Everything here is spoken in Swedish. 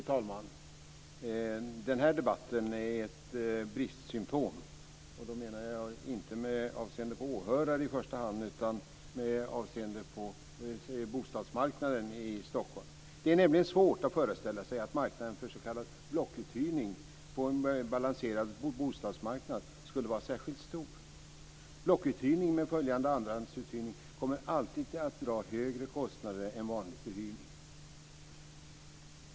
Fru talman! Den här debatten är ett bristsymtom, och då menar jag inte med avseende på åhörare i första hand utan med avseende på bostadsmarknaden i Stockholm. Det är nämligen svårt att föreställa sig att marknaden för s.k. blockuthyrning på en balanserad bostadsmarknad skulle vara särskilt stor. Blockuthyrning med följande andrahandsuthyrning kommer alltid att dra högre kostnader än vanlig förhyrning.